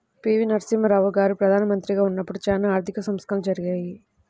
పి.వి.నరసింహారావు గారు ప్రదానమంత్రిగా ఉన్నపుడు చానా ఆర్థిక సంస్కరణలు జరిగాయి